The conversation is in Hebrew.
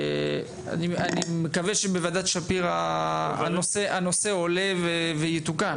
אני מקווה שבוועדת שפירא הנושא עלה ויתוקן.